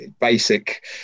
basic